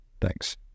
Thanks